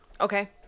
Okay